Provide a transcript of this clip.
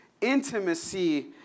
intimacy